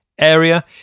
area